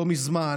לא מזמן,